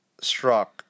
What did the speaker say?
struck